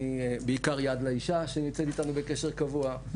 בעיקר מיד לאישה שנמצאת איתנו בקשר קבוע.